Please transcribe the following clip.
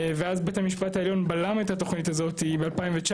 ואז בית המשפט העליון בלם את התוכנית הזאתי ב- 2019,